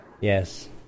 Yes